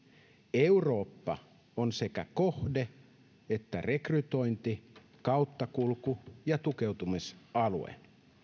eurooppa on sekä kohde että rekrytointi kauttakulku ja tukeutumisalue